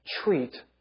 Treat